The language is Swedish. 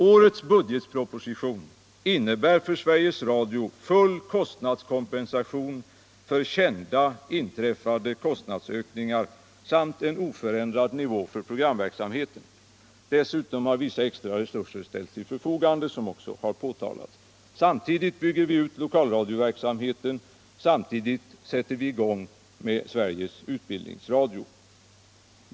Årets budgetproposition innebär för Sveriges Radio full kostnadskompensation för kända inträffade kostnadsökningar samt en oförändrad nivå för programverksamheten. Dessutom nar vissa andra resurser ställts till förfogande vilket också har påtalats. Samtidigt bygger vi ut lokalradio verksamheten och sätter i gång med Sveriges utbildningsradio.